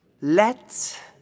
let